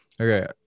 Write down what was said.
Okay